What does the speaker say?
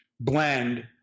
blend